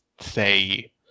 say